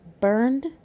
burned